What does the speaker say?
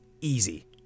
easy